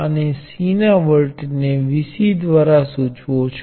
આગળ આપણે શ્રેણીમાં કેપેસિટર જોઇશું